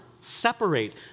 separate